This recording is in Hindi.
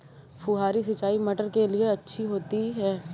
फुहारी सिंचाई मटर के लिए अच्छी होती है?